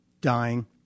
dying